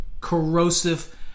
corrosive